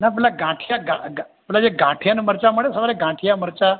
ના પેલાં ગાંઠીયા ગા ગા પેલાં જે ગાંઠીયાને મરચાં મળે સવારે ગાંઠીયા મરચાં